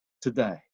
today